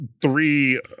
three